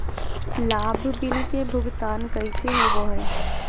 लाभ बिल के भुगतान कैसे होबो हैं?